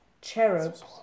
Cherubs